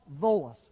voice